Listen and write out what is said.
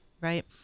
right